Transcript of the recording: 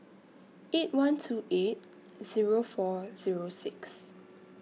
eight one two eight Zero four Zero six